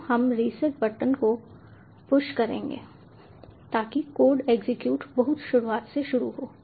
तो हम reset button को पुश करेंगे ताकि कोड एग्जीक्यूशन बहुत शुरुआत से शुरू हो